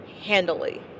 handily